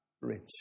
rich